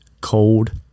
cold